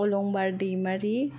अलंबार दैमारि